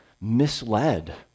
misled